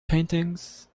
paintings